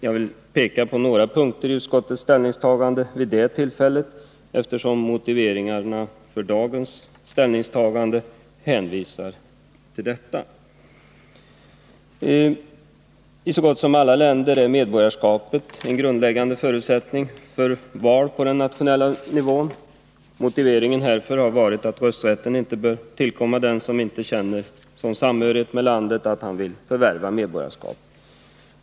Jag vill peka på några punkter i utskottets ställningstagande vid det tillfället, eftersom det i motiveringen för dagens ställningstagande hänvisas till detta. I så gott som alla länder är medborgarskapet en grundläggande förutsättning för val på den nationella nivån. Motiveringen härför har varit att rösträtt inte bör tillkomma dem som inte känner sådan samhörighet med landet att han vill förvärva medborgarskap.